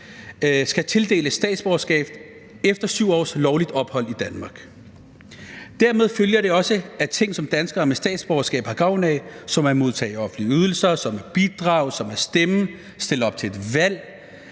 skal tildeles statsborgerskab efter 7 års lovligt ophold i Danmark. Deraf følger også, at ting, som danskere med statsborgerskab har gavn af – f.eks. det at modtage offentlige ydelser, stemme, stille op til et valg